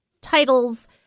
titles